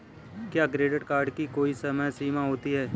क्या credit card की कोई समय सीमा होती है?